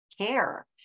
care